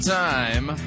time